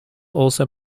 also